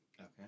okay